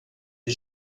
est